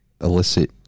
illicit